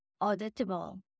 auditable